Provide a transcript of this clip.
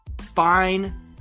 Fine